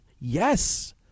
Yes